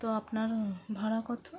তো আপনার ভাড়া কতো